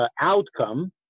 outcome